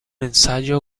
ensayo